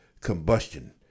combustion